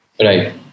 Right